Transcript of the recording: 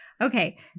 Okay